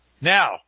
now